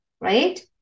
right